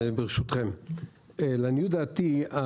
ברשותכם, לעניות דעתי.